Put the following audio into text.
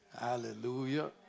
Hallelujah